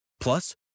plus